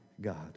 God